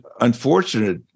unfortunate